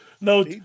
No